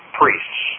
priests